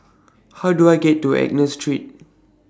How Do I get to Angus Street